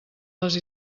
les